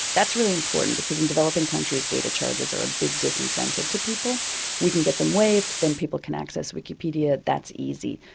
that's really important, because in developing countries, data charges are a big disincentive to people we can get them waived, then people can access wikipedia that's easy.